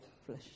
flesh